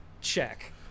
check